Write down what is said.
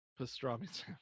pastrami